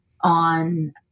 on